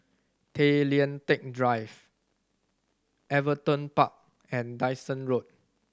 Tay Lian Teck Drive Everton Park and Dyson Road